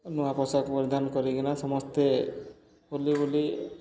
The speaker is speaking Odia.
ନୂଆ ପୋଷାକ ପରିଧାନ କରିକିନା ସମସ୍ତେ ବୁଲି ବୁଲି